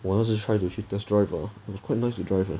我那时 try to 去 test drive ah was quite nice to drive leh